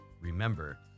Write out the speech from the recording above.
Remember